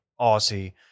Aussie